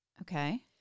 Okay